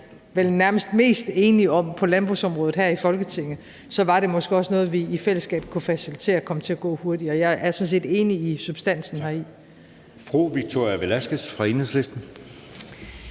vel nærmest er mest enige om på landbrugsområdet her i Folketinget, var det måske også noget, vi i fællesskab kunne facilitetere kom til at gå hurtigere. Jeg er sådan set enig i substansen heri. Kl. 01:15 Anden